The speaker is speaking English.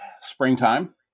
springtime